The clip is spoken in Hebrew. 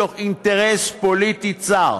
מתוך אינטרס פוליטי צר,